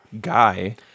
guy